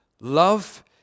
Love